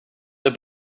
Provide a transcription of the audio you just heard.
the